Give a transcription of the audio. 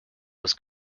was